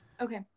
okay